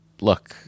look